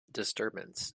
disturbance